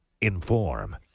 inform